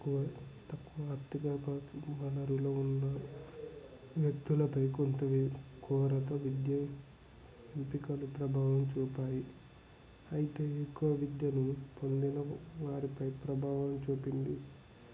తక్కువ తక్కువ ఆర్ధిక వనరులు ఉన్నా వ్యక్తులపై కొంత కొరక విద్య ఎంపికలు ప్రభావం చూపాయి అయితే కోవిడ్ పొందిన వారి పై ప్రభావము చూపింది